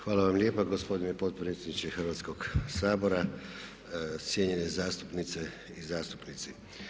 Hvala vam lijepa gospodine potpredsjedniče Hrvatskog sabora, cijenjene zastupnice i zastupnici.